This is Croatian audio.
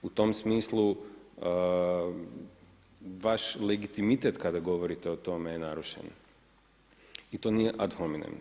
U tom smislu vaš legitimitet kada govorite o tome je narušen i to nije ad hominem.